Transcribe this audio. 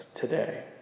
today